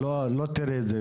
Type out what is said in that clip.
יותר לא תראה את זה.